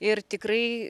ir tikrai